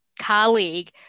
colleague